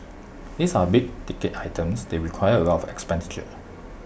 these are big ticket items they require A lot of expenditure